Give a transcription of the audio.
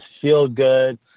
feel-good